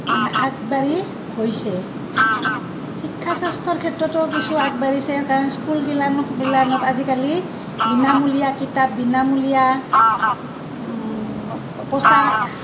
মানে আগবাঢ়ি গৈছে শিক্ষা স্বাস্থ্যৰ ক্ষেত্ৰতো কিছু আগবাঢ়িছে কাৰণ স্কুলগিলানত বিলানত আজিকালি বিনামূলীয়া কিতাপ বিনামূলীয়া পোছাক